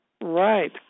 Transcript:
Right